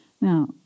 Now